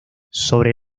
sobre